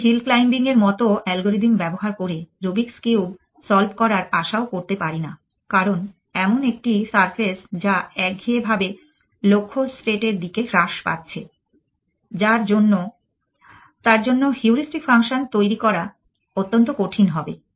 আমি hill climbing এর মত অ্যালগরিদম ব্যবহার করে রুবিকস কিউব সলভ করার আশাও করতে পারি না কারণ এমন একটি সার্ফেস যা একঘেয়েভাবে লক্ষ্য স্টেট এর দিকে হ্রাস পাচ্ছে তার জন্য হিউড়িস্টিক ফাংশন তৈরী করা অত্যন্ত কঠিন হবে